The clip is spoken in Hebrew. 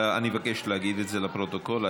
אני מבקש להגיד את זה לפרוטוקול.